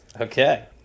Okay